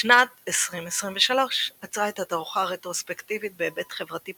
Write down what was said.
בשנת 2023 אצרה את התערוכה הרטרוספקטיבית בהיבט חברתי-